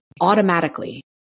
Automatically